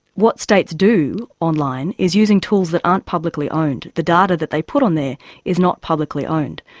what states do online is using tools that aren't publicly owned. the data that they put on there is not publicly owned.